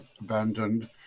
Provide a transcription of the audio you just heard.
abandoned